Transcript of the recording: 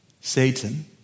Satan